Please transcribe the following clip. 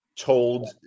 told